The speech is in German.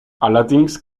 allerdings